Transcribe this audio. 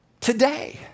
Today